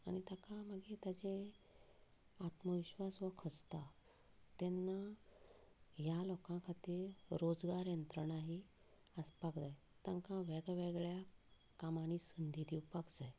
आनी ताका मागीर ताचो आत्मविश्वास हो खसता तेन्ना ह्या लोकां खातीर रोजगार यंत्रणां हीं आसपाक जाय तांकां वेगवेगळ्या कामांनी संदी दिवपाक जाय